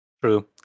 true